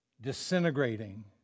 disintegrating